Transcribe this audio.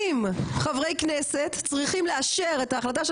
90 חברי כנסת צריכים לאשר את ההחלטה של